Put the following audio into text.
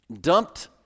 dumped